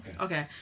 Okay